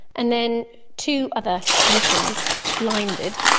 and then two other clinicians, blinded,